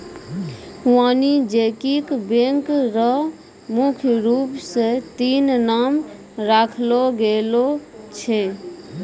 वाणिज्यिक बैंक र मुख्य रूप स तीन नाम राखलो गेलो छै